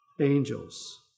angels